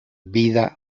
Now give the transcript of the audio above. vida